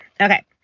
Okay